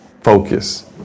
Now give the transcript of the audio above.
focus